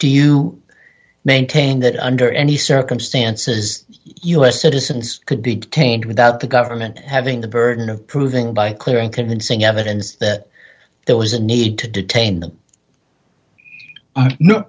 do you maintain that under any circumstances u s citizens could be detained without the government having the burden of proving clear and convincing evidence that there was a need to detain